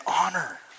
honor